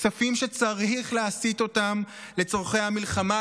כספים שצריך להסיט אותם לצורכי המלחמה,